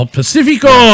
Pacifico